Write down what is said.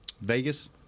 Vegas